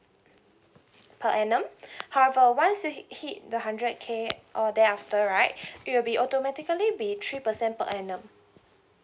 per annum however once you hit the hundred K or thereafter right it will be automatically be three percent per annum